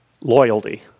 loyalty